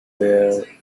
bear